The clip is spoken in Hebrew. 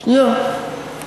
שנייה.